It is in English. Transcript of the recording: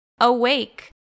Awake